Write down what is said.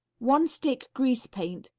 one stick grease paint,